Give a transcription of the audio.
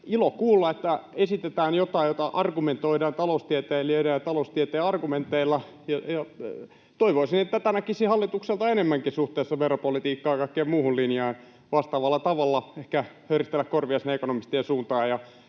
ilo kuulla, että esitetään jotain, jota argumentoidaan taloustieteilijöiden ja taloustieteen argumenteilla. Toivoisin, että tätä näkisi hallitukselta enemmänkin suhteessa veropolitiikkaan, kaikkeen muuhun linjaan vastaavalla tavalla, voitaisiin ehkä höristellä korvia sinne ekonomistien suuntaan